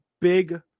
big